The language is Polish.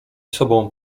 sobą